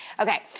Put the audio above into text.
Okay